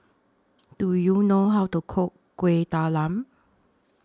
Do YOU know How to Cook Kueh Talam